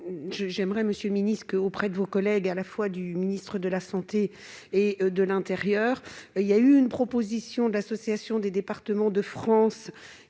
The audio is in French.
j'aimerais, monsieur le Ministre que auprès de vos collègues, à la fois du ministre de la Santé et de l'Intérieur, il y a eu une proposition de l'association des départements de France,